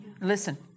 Listen